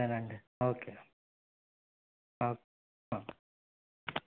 సరే అండి okay okay okay